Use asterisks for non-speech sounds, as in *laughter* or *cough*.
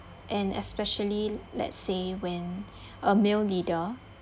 and especially let's say when *breath* a male leader